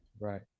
right